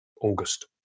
August